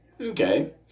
okay